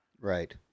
Right